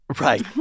Right